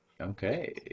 Okay